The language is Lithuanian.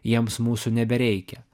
jiems mūsų nebereikia